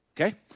Okay